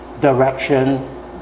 direction